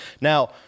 Now